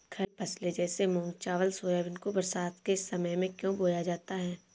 खरीफ फसले जैसे मूंग चावल सोयाबीन को बरसात के समय में क्यो बोया जाता है?